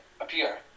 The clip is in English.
appear